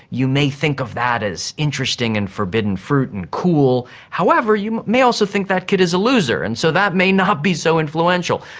you may think of that as interesting and forbidden fruit and cool, however you may also think that kid is a loser, and so that may not be so influential.